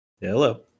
Hello